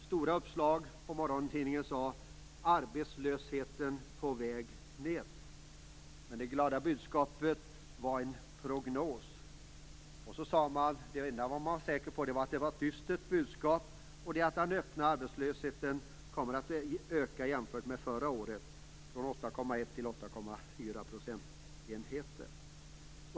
Stora uppslag i morgontidningar sade: Arbetslösheten på väg ned. Men det glada budskapet var en prognos. Och så sade man att det enda man var säker på var att det var dystert och att den öppna arbetslösheten kommer att öka jämfört med förra året från 8,1 till 8,4 procentenheter.